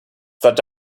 that